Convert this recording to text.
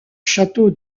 château